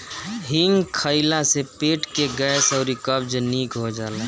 हिंग खइला से पेट के गैस अउरी कब्ज निक हो जाला